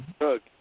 Look